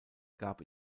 gab